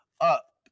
up